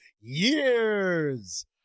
years